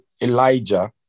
Elijah